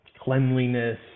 cleanliness